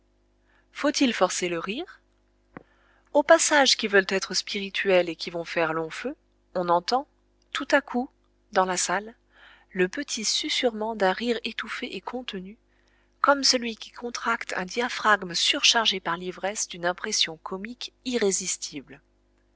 faut-il forcer le rire aux passages qui veulent être spirituels et qui vont faire long feu on entend tout à coup dans la salle le petit susurrement d'un rire étouffé et contenu comme celui qui contracte un diaphragme surchargé par l'ivresse d'une impression comique irrésistible